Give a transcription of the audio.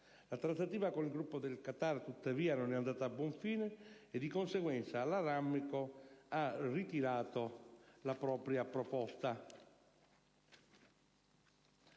La trattativa con il gruppo del Qatar tuttavia non è andata a buon fine e, di conseguenza, la RAMCO ha ritirato la propria proposta.